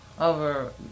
over